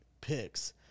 picks